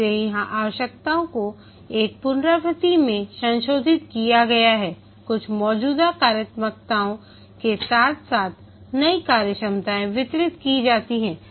इसलिए यहां आवश्यकताओं को एक पुनरावृत्ति में संशोधित किया गया है कुछ मौजूदा कार्यात्मकताओं के साथ साथ नई कार्यक्षमताएं वितरित की जाती हैं